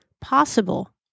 possible